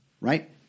Right